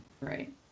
Right